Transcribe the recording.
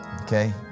Okay